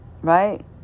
right